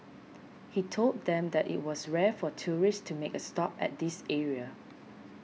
he told them that it was rare for tourists to make a stop at this area